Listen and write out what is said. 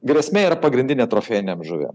grėsmė yra pagrindinė trofėjinėm žuvim